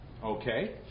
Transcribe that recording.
Okay